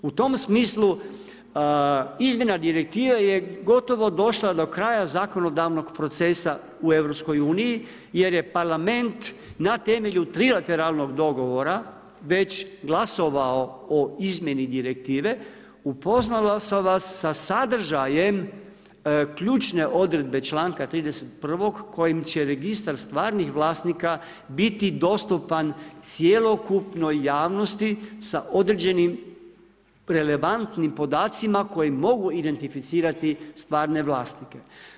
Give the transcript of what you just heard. U tom smislu izmjena direktive je gotovo došla do kraja zakonodavnog procesa u EU jer je parlament na temelju trilateralnog dogovora već glasovao o izmjeni direktive, upoznalo vas se sa sadržajem ključne odredbe članka 31. kojim će Registar stvarnih vlasnika biti dostupan cjelokupnoj javnosti sa određenim relevantnim podacima koji mogu identificirati stvarne vlasnike.